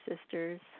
sisters